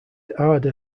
ada